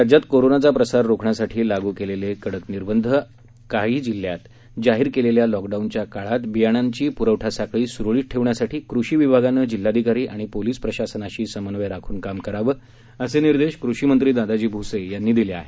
राज्यात कोरोनाचा प्रसार रोखण्यासाठी लागू केलेले कडक निर्बंध आणि काही जिल्ह्यांत जाहीर केलेल्या लॉकडाऊनच्या काळात बियाण्यांची प्रवठासाखळी सुरळीत ठेवण्यासाठी कृषि विभागानं जिल्हाधिकारी आणि पोलीस प्रशासनाशी समन्वय राखून काम करावं असे निर्देश कृषीमंत्री दादाजी भुसे यांनी दिले आहेत